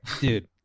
Dude